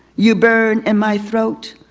you burn in my throat.